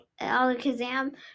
Alakazam